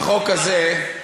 החוק הזה,